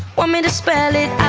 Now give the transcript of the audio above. want me to spell it